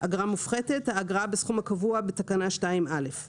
"אגרה מופחתת"- האגרה בסכום הקבוע בתקנה 2(א);